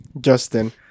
Justin